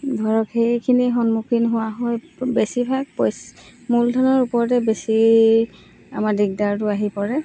ধৰক সেইখিনি সন্মুখীন হোৱা হৈ বেছিভাগ পইচা মূলধনৰ ওপৰতে বেছি আমাৰ দিগদাৰটো আহি পৰে